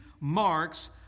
marks